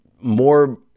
more